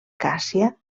càssia